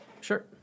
Sure